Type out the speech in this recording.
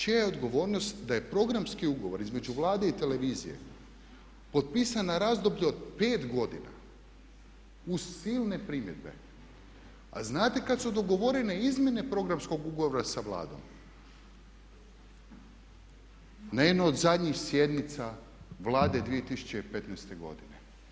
Čija je odgovornost da i programski ugovor između Vlade i televizije potpisan na razdoblje od pet godina uz silne primjedbe, a znate kad su dogovorene izmjene programskog ugovora sa Vladom na jednoj od zadnjih sjednica Vlade 2015. godine.